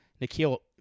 Nikhil